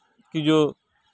کی جو